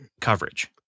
coverage